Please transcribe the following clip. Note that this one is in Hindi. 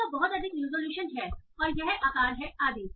इसका बहुत अधिक रिज़ॉल्यूशन है और यह आकार है आदि